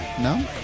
no